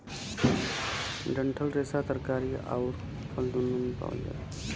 डंठल रेसा तरकारी आउर फल दून्नो में पावल जाला